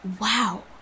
Wow